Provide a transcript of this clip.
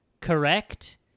correct